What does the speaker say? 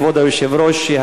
כבוד היושב-ראש,